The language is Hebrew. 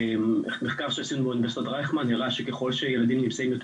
מחקר שעשינו באוניברסיטת רייכמן הראה שככל שילדים נמצאים יותר